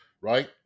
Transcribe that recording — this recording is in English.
right